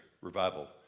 revival